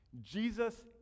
Jesus